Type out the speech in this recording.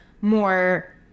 more